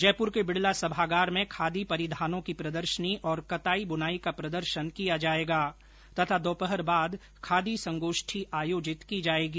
जयपुर के बिडला सभागार में खादी परिधानों की प्रदर्शनी और कताई बुनाई का प्रदर्शन किया जायेगा तथा दोपहर बाद खादी संगोष्ठी आयोजित की जायेगी